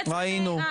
ראינו, ראינו.